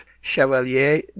Chevalier